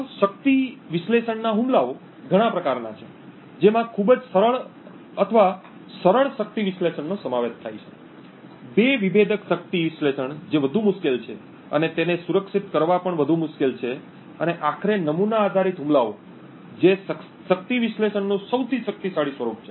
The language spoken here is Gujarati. તો શક્તિ વિશ્લેષણના હુમલાઓ ઘણા પ્રકારના છે જેમાં ખૂબ જ સરળ અથવા સરળ શક્તિ વિશ્લેષણનો સમાવેશ થાય છે બે વિભેદક શક્તિ વિશ્લેષણ જે વધુ મુશ્કેલ છે અને તેને સુરક્ષિત કરવા પણ વધુ મુશ્કેલ છે અને આખરે નમૂના આધારિત હુમલાઓ જે શક્તિ વિશ્લેષણનું સૌથી શક્તિશાળી સ્વરૂપ છે